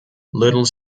little